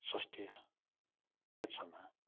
स्वास्थ्य क्षेत्रमा